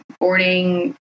boarding